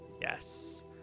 yes